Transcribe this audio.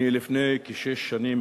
לפני כשש שנים,